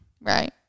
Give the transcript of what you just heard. Right